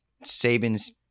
Saban's